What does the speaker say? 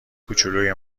کوچولوی